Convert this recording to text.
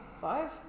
Five